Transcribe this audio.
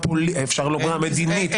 אפשר לומר המדינית,